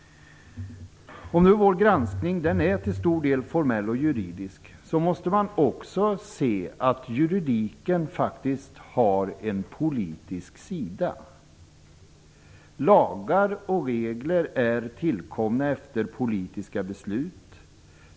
Om nu vår granskning till stor del är formell och juridisk måste man också se att juridiken faktiskt har en politisk sida. Lagar och regler är tillkomna efter politiska beslut.